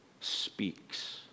speaks